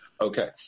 Okay